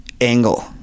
angle